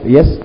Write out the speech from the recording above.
Yes